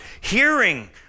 hearing